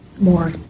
more